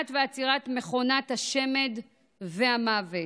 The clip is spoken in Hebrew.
מניעת ועצירת מכונות השמד והמוות.